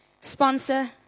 sponsor